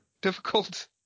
difficult